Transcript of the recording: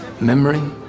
Memory